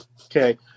Okay